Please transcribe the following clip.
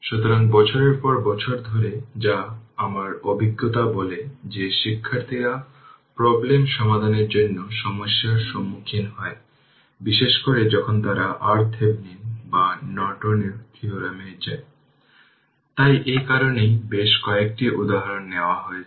সুতরাং পরবর্তীটি হল t i 3 এ হঠাৎ পরিবর্তন হলে ইউনিট স্টেপ ফাংশনটি হয়ে যায় সেক্ষেত্রে এটি t i 3 এর জন্য u t i 3 0 এবং t i 3 এর জন্য 1